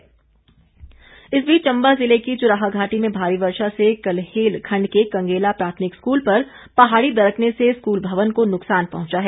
भवन गिरा इस बीच चंबा जिले की चुराह घाटी में भारी वर्षा से कल्हेल खंड के कंगेला प्राथमिक स्कूल पर पहाड़ी दरकने से स्कूल भवन को नुकसान पहुंचा है